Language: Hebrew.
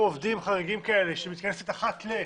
עובדים חריגים שמתכנסת אחת ל-.